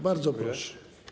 Bardzo proszę.